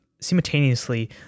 simultaneously